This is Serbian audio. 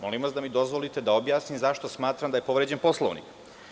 Molim vas da mi dozvolite da objasnim zašto smatram da je povređen Poslovnik.